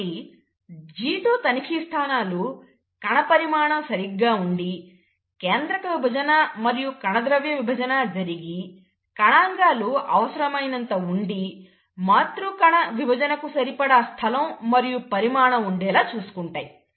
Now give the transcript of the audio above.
కాబట్టి G2 తనిఖీ స్థానాలు కణపరిమాణం సరిగ్గా ఉండి కేంద్రక విభజన మరియు కణద్రవ్య విభజన జరిగి కణంగాలు అవసరమైనంత ఉండి మాతృ కణవిభజనకు సరిపడా స్థలం మరియు పరిమాణం ఉండేలా చూసుకుంటాయి